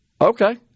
Okay